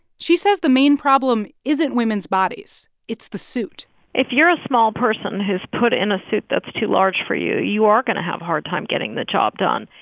she says the main problem isn't women's bodies. it's the suit if you're a small person who's put in a suit that's too large for you, you are going to have a hard time getting the job done.